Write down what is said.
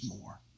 more